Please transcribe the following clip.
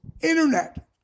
Internet